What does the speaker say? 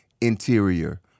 interior